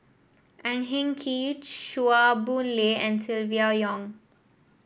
Ang Hin Kee Chua Boon Lay and Silvia Yong